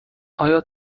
آیا